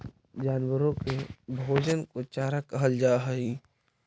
जानवरों के भोजन को चारा कहल जा हई